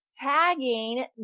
tagging